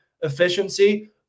efficiency